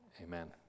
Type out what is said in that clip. Amen